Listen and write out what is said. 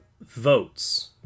votes